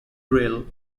grille